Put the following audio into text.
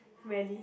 rarely